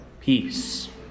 peace